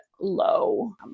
low